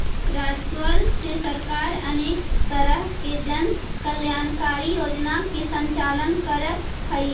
राजस्व से सरकार अनेक तरह के जन कल्याणकारी योजना के संचालन करऽ हई